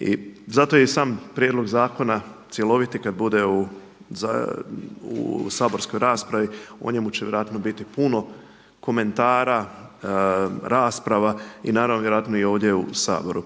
I zato je i sam prijedlog zakona cjeloviti kada bude u saborskoj raspravi, o njemu će vjerojatno biti puno komentara, rasprava i naravno vjerojatno i ovdje u Saboru.